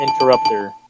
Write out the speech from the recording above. interrupter